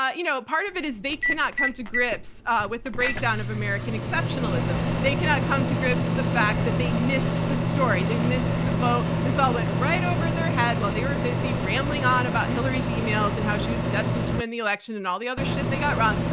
ah you know, part of it is they cannot come to grips with the breakdown of american exceptionalism. they cannot come to grips with the fact that they missed the story. they missed the boat. this all went right over their head while they were busy rambling on about hillary's emails and how she was destined to win the election and all the other shit they got wrong.